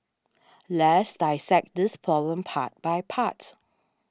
let's dissect this problem part by part